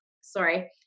Sorry